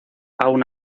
aun